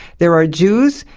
there are jews,